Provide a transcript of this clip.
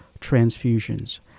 transfusions